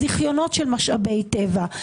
זיכיונות של משאבי טבע,